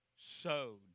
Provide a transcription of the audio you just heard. sowed